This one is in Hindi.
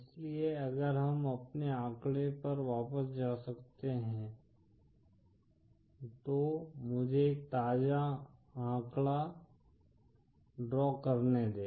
इसलिए अगर हम अपने आंकड़े पर वापस जा सकते हैं तो मुझे एक ताजा आंकड़ा ड्रा करने दें